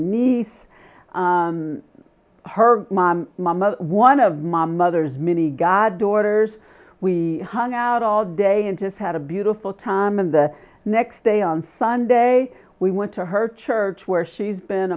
niece her mom my mother one of my mother's many god daughters we hung out all day and just had a beautiful time and the next day on sunday we went to her church where she's been